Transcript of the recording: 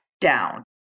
down